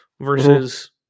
versus